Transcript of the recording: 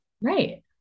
Right